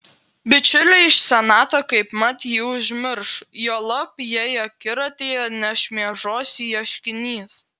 bičiuliai iš senato kaipmat jį užmirš juolab jei akiratyje nešmėžuos ieškinys